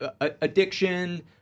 addiction